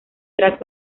tras